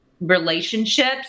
relationships